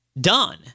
done